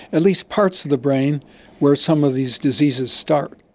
at least parts of the brain where some of these diseases start.